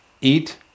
Eat